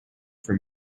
for